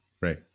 right